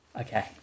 Okay